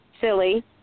silly